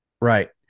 Right